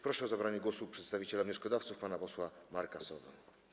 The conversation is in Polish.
Proszę o zabranie głosu przedstawiciela wnioskodawców pana posła Marka Sowę.